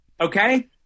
Okay